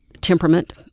temperament